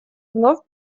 вновь